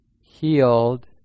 healed